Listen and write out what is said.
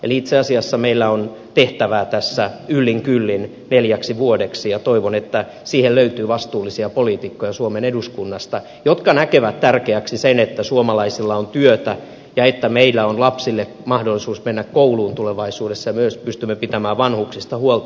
eli itse asiassa meillä on tehtävää tässä yllin kyllin neljäksi vuodeksi ja toivon että suomen eduskunnasta löytyy vastuullisia poliitikkoja jotka näkevät tärkeäksi sen että suomalaisilla on työtä ja että meillä on lapsilla mahdollisuus mennä kouluun tulevaisuudessa ja pystymme pitämään myös vanhuksista huolta